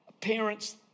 Parents